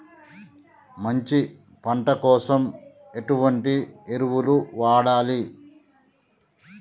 మంచి పంట కోసం ఎటువంటి ఎరువులు వాడాలి?